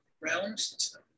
realms